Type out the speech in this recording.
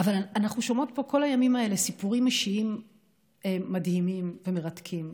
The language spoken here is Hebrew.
אבל אנחנו שומעות פה כל הימים האלה סיפורים אישיים מדהימים ומרתקים,